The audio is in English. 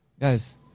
guys